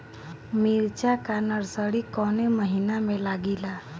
मिरचा का नर्सरी कौने महीना में लागिला?